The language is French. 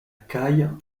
caille